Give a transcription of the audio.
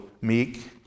meek